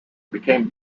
became